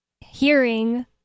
hearing